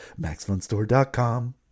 MaxFunStore.com